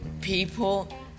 people